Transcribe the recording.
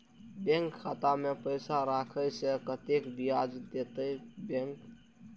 Bank खाता में पैसा राखे से कतेक ब्याज देते बैंक?